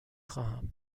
خواهم